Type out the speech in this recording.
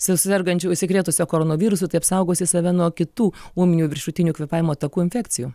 su sergančiu užsikrėtusio koronavirusu taip saugosi save nuo kitų ūminių viršutinių kvėpavimo takų infekcijų